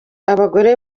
abagore